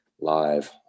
live